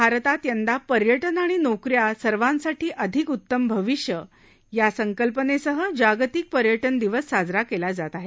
भारतात यंदा पर्यटन आणि नोकऱ्या सर्वासाठी अधिक उत्तम भविष्य या संकल्पनेसह जागतिक पर्यटन दिवस साजरा केला जात आहे